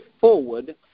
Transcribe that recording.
forward